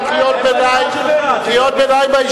קריאות ביניים בישיבה.